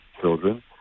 children